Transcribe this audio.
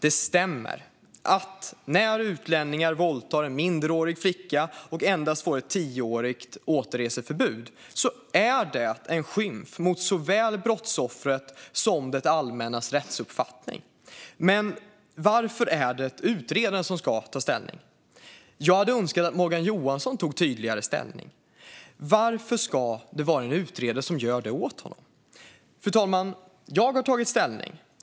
Det stämmer att när utlänningar våldtar en minderårig flicka och endast får ett tioårigt återreseförbud är det en skymf mot såväl brottsoffret som det allmännas rättsuppfattning. Men varför är det utredaren som ska ta ställning? Jag hade önskat att Morgan Johansson tydligare tog ställning. Varför ska en utredare göra det åt honom? Fru talman! Jag har tagit ställning.